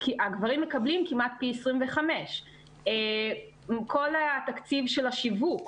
הגברים מקבלים כמעט פי 25. בכל התקציב של השיווק,